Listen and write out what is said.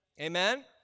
Amen